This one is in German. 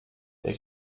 der